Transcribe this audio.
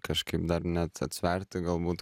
kažkaip dar net atsverti galbūt